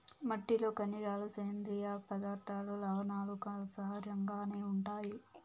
మట్టిలో ఖనిజాలు, సేంద్రీయ పదార్థాలు, లవణాలు సహజంగానే ఉంటాయి